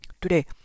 Today